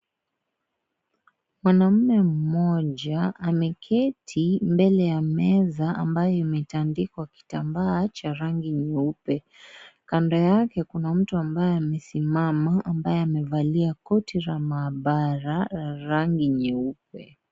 Mwanaume mmoja ameketi mbele ya meza ambayo imetandikwa kitambaa cha rangi nyeupe, kando yake kuna mtu ambaye amesimama ambaye amevalia koti la maabara la rangi nyeupe.